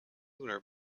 lunar